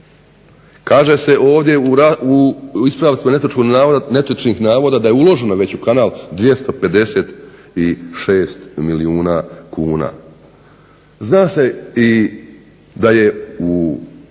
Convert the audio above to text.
Kaže se ovdje u ispravcima netočnih navoda da je uloženo već u kanal 256 milijuna kuna. Zna se da je u